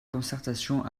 concertation